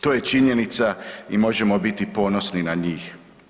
To je činjenica i možemo biti ponosni na njih.